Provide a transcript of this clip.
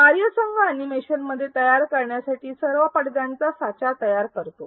कार्यसंघ अॅनिमेशनमध्ये तयार करण्यासाठी सर्व पडद्यांचा साचा तयार करतो